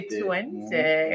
twenty